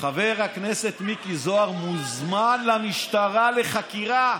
חבר הכנסת מיקי זוהר מוזמן למשטרה לחקירה.